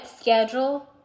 schedule